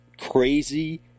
crazy